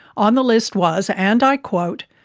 on the list was, and i quote,